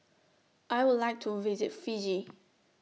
I Would like to visit Fiji